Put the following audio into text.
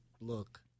look